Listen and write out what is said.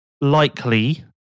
likely